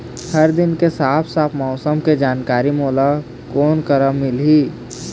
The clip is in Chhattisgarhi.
हर दिन के साफ साफ मौसम के जानकारी मोला कोन करा से मिलही?